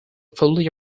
fully